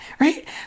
Right